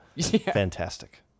Fantastic